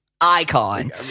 icon